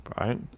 right